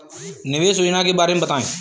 निवेश योजना के बारे में बताएँ?